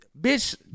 Bitch